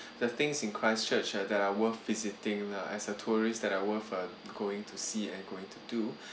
the things in christchurch that are worth visiting as a tourist that are worth uh going to see and going to do